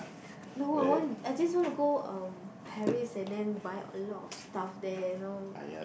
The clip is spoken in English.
no I want I just want to go um Paris and then buy a lot of stuff there you know